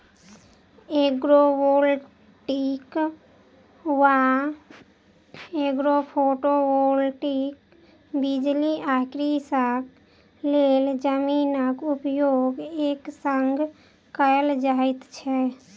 agrovoltaic वा agrophotovoltaic बिजली आ कृषिक लेल जमीनक उपयोग एक संग कयल जाइत छै